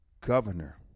governor